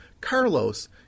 Carlos